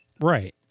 Right